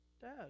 Dad